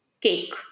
cake